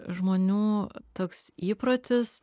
žmonių toks įprotis